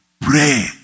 Pray